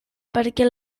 perquè